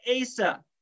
Asa